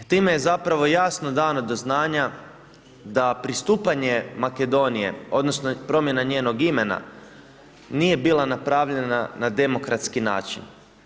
Time je zapravo jasno dano do znanja da pristupanje Makedonije odnosno promjena njenog imena, nije bila napravljana na demokratski način.